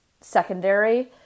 secondary